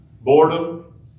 Boredom